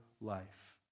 life